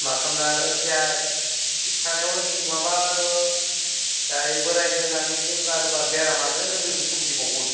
मा खालामनो आरो देहा थिग थानायावलागै नङाबा आरो दायो बोराइदो होननानै जों गारोबा बेरामानो लोगो लोगो सोमजिबावगोन